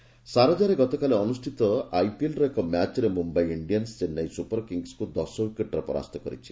IPL ସାରଜାରେ ଗତକାଲି ଅନୁଷ୍ଠିତ ଆଇପିଏଲ୍ର ଏକ ମ୍ୟାଚ୍ରେ ମୁମ୍ବାଇ ଇଣ୍ଡିଆନସ୍ ଚେନ୍ନାଇ ସୁପର କିଙ୍ଗସ୍କୁ ଦଶ ଉଇକେଟ୍ରେ ପରାସ୍ତ କରିଛି